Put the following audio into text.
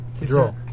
Draw